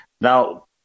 Now